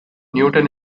newton